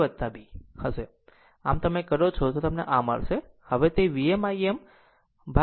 આમ જો તમે કરો છો તો તમને આ મળશે